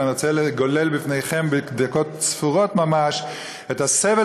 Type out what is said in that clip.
ואני רוצה לגולל בפניכם בדקות ספורות ממש את הסבל